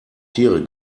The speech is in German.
tiere